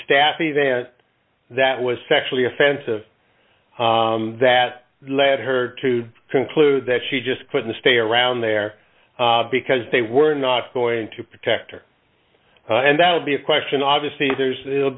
staff event that was sexually offensive that led her to conclude that she just couldn't stay around there because they were not going to protect her and that would be a question obviously there's